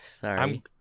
Sorry